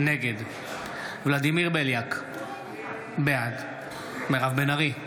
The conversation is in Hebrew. נגד ולדימיר בליאק, בעד מירב בן ארי,